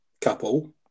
couple